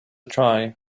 try